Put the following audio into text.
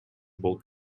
болуп